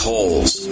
Holes